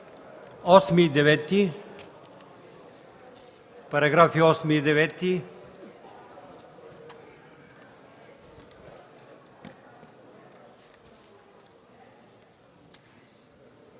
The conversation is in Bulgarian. параграфи 2 и 3.